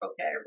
okay